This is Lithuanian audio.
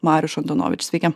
mariuš antonovičius sveiki